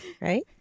right